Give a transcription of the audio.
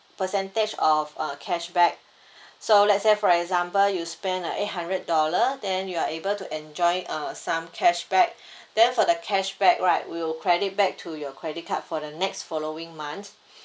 percentage of uh cashback so let's say for example you spent uh eight hundred dollar then you are able to enjoy uh some cashback then for the cashback right we'll credit back to your credit card for the next following months